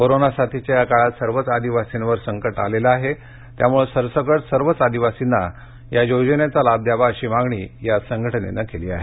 corona साथीच्या या काळात सर्वच आदिवासींवर संकट आलेलं आहे त्यामुळे सरसकट सर्वच आदिवासींना या योजनेचा लाभ द्यावा अशी मागणी श्रमजीवी संघटनेनं केली आहे